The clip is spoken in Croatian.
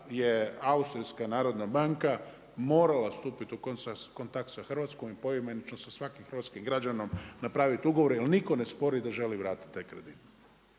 je Austrijska narodna banka morala stupiti u kontakt sa Hrvatskom i poimenično sa svakim hrvatskim građaninom napraviti ugovor, jer nitko ne spori da želi vratiti taj kredit.